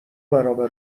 برابر